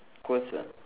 conse~